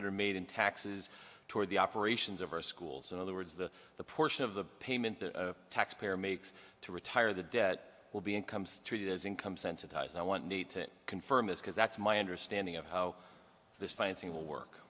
that are made in taxes toward the operations of our schools in other words the the portion of the payment the taxpayer makes to retire the debt will be incomes treated as income sensitize i want need to confirm this because that's my understanding of how this financing will work